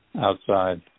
outside